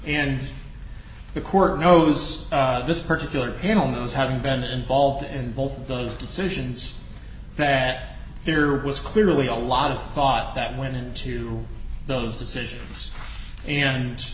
and the court knows this particular panel knows having been involved in both of those decisions that there was clearly a lot of thought that went into those decisions and